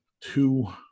two